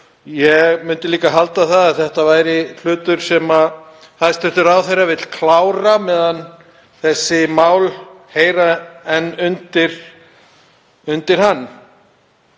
Ég myndi líka halda að þetta væri hlutur sem hæstv. ráðherra vildi klára meðan þessi mál heyra enn undir hann.